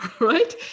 right